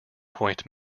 point